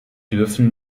dürfen